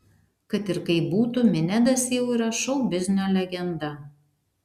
kad ir kaip būtų minedas jau yra šou biznio legenda